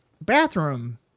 bathroom